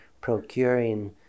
procuring